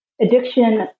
addiction